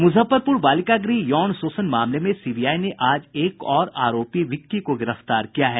मूजफ्फरपूर बालिका गृह यौन शोषण मामले में सीबीआई ने आज एक और आरोपी विक्की को गिरफ्तार किया है